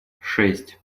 шесть